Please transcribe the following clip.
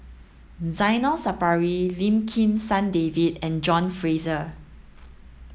Zainal Sapari Lim Kim San David and John Fraser